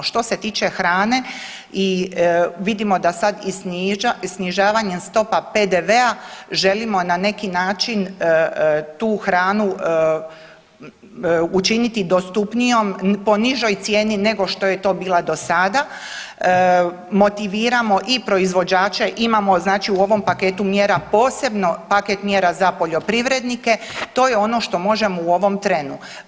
Što se tiče hrane i vidimo da sad i snižavanjem stopa PDV-a, želimo na neki način tu hranu učiniti dostupnijom po nižoj cijeni nego što je to bila do sada, motiviramo i proizvođače, imamo znači u ovom paketu mjera posebno paket mjera za poljoprivrednike, to je ono što možemo u ovom trenu.